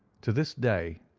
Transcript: to this day,